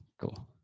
cool